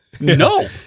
no